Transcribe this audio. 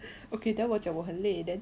okay then 我讲我很累 then